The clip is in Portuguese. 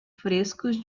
frescos